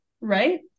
Right